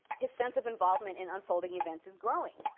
his sense of involvement in unfolding events is growing,